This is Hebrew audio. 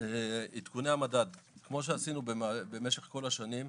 עדכוני המדד: כמו שעשינו במשך כל השנים,